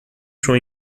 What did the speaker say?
show